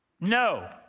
no